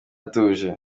atuje